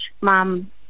mom